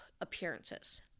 appearances